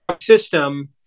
system